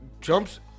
Jumps